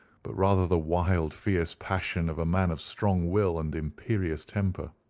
but rather the wild, fierce passion of a man of strong will and imperious temper.